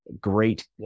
great